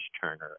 turner